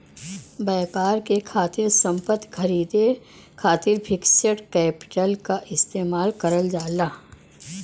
व्यापार के खातिर संपत्ति खरीदे खातिर फिक्स्ड कैपिटल क इस्तेमाल करल जाला